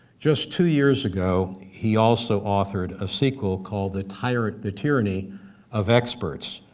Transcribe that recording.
just two years ago, he also authored a sequel called the tyranny the tyranny of experts,